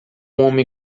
homem